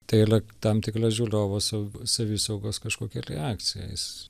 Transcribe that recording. tai yra tam tikra žiūrovo sav savisaugos kažkokia reakcija jis